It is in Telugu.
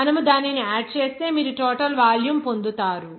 మనము దానిని ఆడ్ చేస్తే మీరు టోటల్ వాల్యూమ్ పొందుతాము